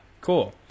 Cool